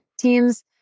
teams